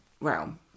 realm